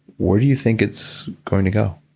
where do you think it's going to go?